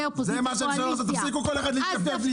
קואליציה-אופוזיציה --- תפסיקו להתייפייף לי,